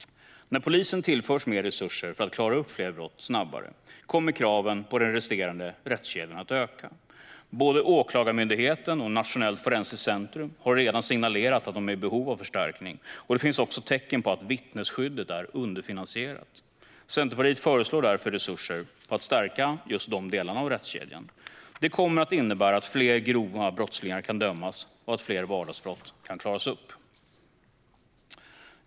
När polisen tillförs mer resurser för att klara upp fler brott snabbare kommer kraven på den resterande rättskedjan att öka. Både Åklagarmyndigheten och Nationellt forensiskt centrum har redan signalerat att de är i behov av förstärkning, och det finns också tecken på att vittnesskyddet är underfinansierat. Centerpartiet föreslår därför resurser för att stärka just de delarna av rättskedjan. Det kommer att innebära att fler grova brottslingar kan dömas och att fler vardagsbrott kan klaras upp.